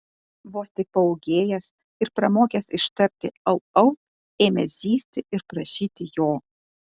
vos tik paūgėjęs ir pramokęs ištarti au au ėmė zyzti ir prašyti jo